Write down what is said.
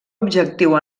objectiu